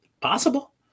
Possible